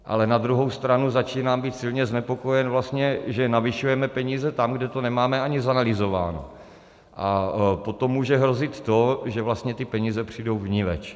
Ale na druhou stranu začínám být silně znepokojen, že navyšujeme peníze tam, kde to nemáme ani zanalyzováno, a potom může hrozit to, že ty peníze přijdou vniveč.